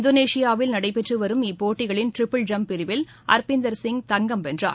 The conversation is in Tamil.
இந்தோனேஷியாவில் நடைபெற்றுவரும் இப்போட்டிகளின் டிரிபிள் ஜம்ப் பிரிவில் அர்பிந்தர் சிங் தங்கம் வென்றார்